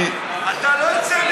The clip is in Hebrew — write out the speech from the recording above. אתה לא יוצא,